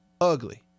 ugly